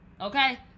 okay